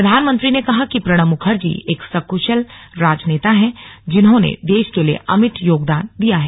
प्रधानमंत्री ने कहा कि प्रणब मुखर्जी एक क्शल राजनेता हैं जिन्होंने देश के लिए अमिट योगदान दिया है